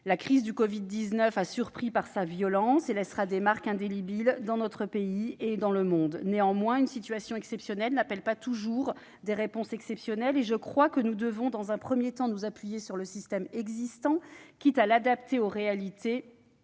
la crise du Covid-19 a surpris par sa violence. Elle laissera des marques indélébiles en France et dans le monde entier. Néanmoins, une situation exceptionnelle n'appelle pas toujours des réponses exceptionnelles. Dans un premier temps, nous devons nous appuyer sur le système existant, quitte à l'adapter aux réalités